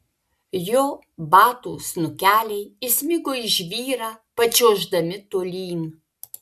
jo batų snukeliai įsmigo į žvyrą pačiuoždami tolyn